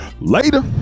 later